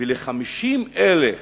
ול-50,000